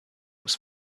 was